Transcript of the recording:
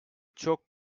çok